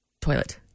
toilet